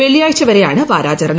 വെള്ളിയാഴ്ച്ചു വരെയാണ് വാരാചരണം